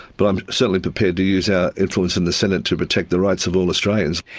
but i'm certainly prepared to use our influence in the senate to protect the rights of all australians.